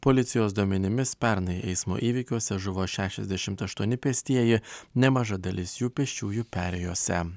policijos duomenimis pernai eismo įvykiuose žuvo šešiasdešimt aštuoni pėstieji nemaža dalis jų pėsčiųjų perėjose